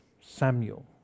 Samuel